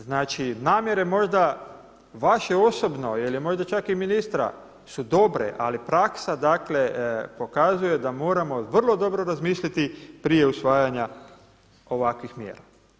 Znači namjere možda vaše osobno ili možda čak i ministra su dobre, ali praksa pokazuje da moramo vrlo dobro razmisliti prije usvajanja ovakvih mjera.